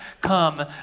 come